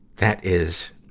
that is,